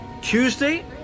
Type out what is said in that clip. Tuesday